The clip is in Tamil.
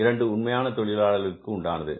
2 உண்மையான தொழிலாளர்களுக்கு உண்டானது